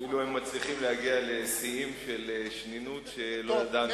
אפילו הם מצליחים להגיע לשיאים של שנינות שלא ידענו כמותם.